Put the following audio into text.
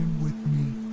with me.